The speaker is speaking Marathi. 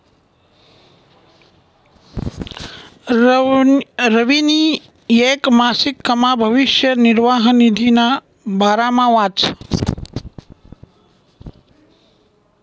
रवीनी येक मासिकमा भविष्य निर्वाह निधीना बारामा वाचं